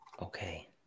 Okay